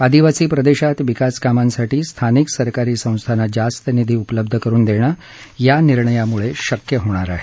आदिवासी प्रदेशात विकास कामांसाठी स्थानिक सरकारी संस्थांना जास्त निधी उपलब्ध करुन देणं या निर्णयामुळे शक्य होणार आहे